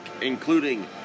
including